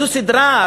זו סדרה,